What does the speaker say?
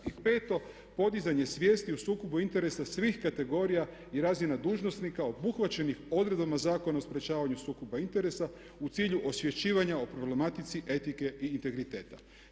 I peto, podizanje svijesti u sukobu interesa svih kategorija i razina dužnosnika obuhvaćenih odredbama Zakona o sprječavanju sukoba interesa u cilju osvješćivanja o problematici etike i integriteta.